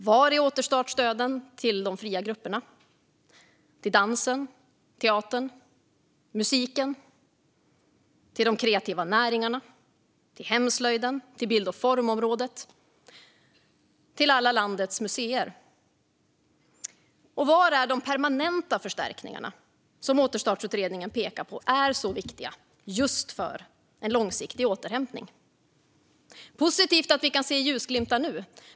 Var är återstartsstöden till de fria grupperna, till dansen, teatern och musiken, till de kreativa näringarna, till hemslöjden, till bild och formområdet, till alla landets museer? Var är de permanenta förstärkningarna som Återstartsutredningen pekar på är så viktiga just för en långsiktig återhämtning? Det är positivt att vi kan se ljusglimtar nu.